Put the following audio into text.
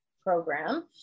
program